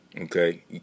okay